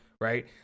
Right